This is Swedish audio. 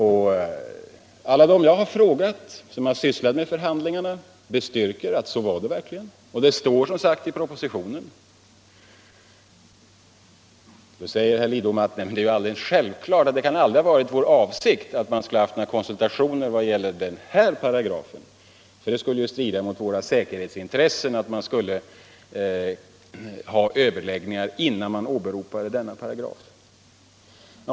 Alla de jag har frågat som har sysslat med förhandlingarna bestyrker att så var det verkligen, och det står som sagt i propositionen. Nu säger herr Lidbom att det är alldeles självklart att det aldrig kan ha varit vår avsikt att det skulle förekomma konsultationer när det gällde den här paragrafen, för det skulle strida mot våra säkerhetsintressen att ha överläggningar innan vi åberopade denna paragraf.